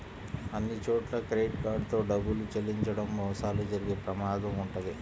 అన్నిచోట్లా credit card తో డబ్బులు చెల్లించడం మోసాలు జరిగే ప్రమాదం వుంటది